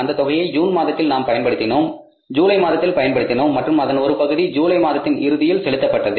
அந்தத் தொகையை ஜூன் மாதத்தில் நாம் பயன்படுத்தினோம் ஜூலை மாதத்தில் பயன்படுத்தினோம் மற்றும் அதன் ஒரு பகுதி ஜூலை மாதத்தின் இறுதியில் செலுத்தப்பட்டது